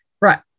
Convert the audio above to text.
Right